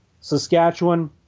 Saskatchewan